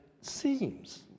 seems